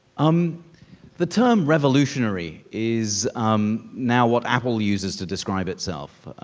um the term revolutionary is um now what apple uses to describe itself.